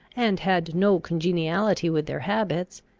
and had no congeniality with their habits,